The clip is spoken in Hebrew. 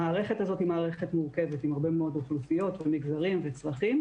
המערכת הזאת היא מערכת מורכבת עם הרבה מאוד אוכלוסיות ומגזרים וצרכים.